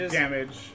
damage